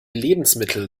lebensmittel